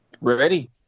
ready